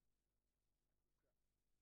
בוודאי נתחשב,